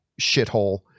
shithole